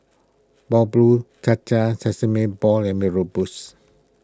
Bubur Cha Cha Sesame Balls and Mee Rebus